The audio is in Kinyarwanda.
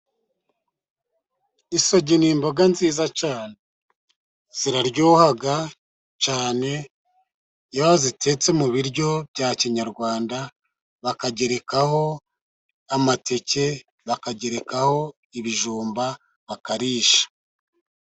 Isogi ni imboga nziza cyane, ziraryoha cyane. Iyo zitetse mu biryo bya kinyarwanda, bakagerekaho amateke, bakagerekaho ibijumba bakarisha.